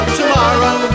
tomorrow